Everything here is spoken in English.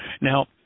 Now